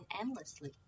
endlessly